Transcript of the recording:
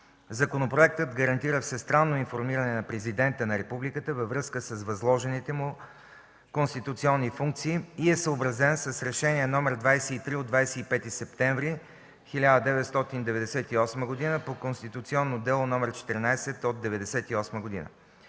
Законопроектът гарантира всестранно информиране на Президента на републиката във връзка с възложените му конституционни функции и е съобразен с Решение № 23 от 25 септември 1998 г. по Конституционно дело № 14 от 1998 г.